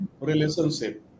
relationship